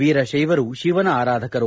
ವೀರಶೈವರು ಶಿವನ ಆರಾಧಕರು